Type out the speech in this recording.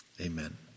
Amen